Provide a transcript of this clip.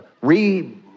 re